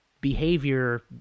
behavior